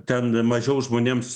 ten mažiau žmonėms